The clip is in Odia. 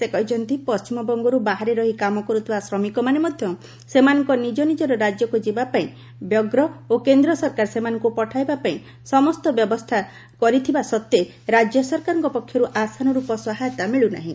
ସେ କହିଛନ୍ତି ପଶ୍ଚିମବଙ୍ଗରୁ ବାହାରେ ରହି କାମ କରୁଥିବା ଶ୍ରମିକମାନେ ମଧ୍ୟ ସେମାନଙ୍କ ନିଜ ନିଜର ରାଜ୍ୟକୁ ଯିବା ପାଇଁ ବ୍ୟଗ୍ର ଓ କେନ୍ଦ୍ର ସରକାର ସେମାନଙ୍କୁ ପଠାଇବା ପାଇଁ ସମସ୍ତ ବ୍ୟବସ୍ଥା କରିଥିବା ସତ୍ତ୍ୱେ ରାଜ୍ୟ ସରକାରଙ୍କ ପକ୍ଷରୁ ଆଶାନୁରୂପୀ ସହାୟତା ମିଳୁନାହିଁ